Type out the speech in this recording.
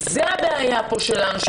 זה הבעיה פה שלנו,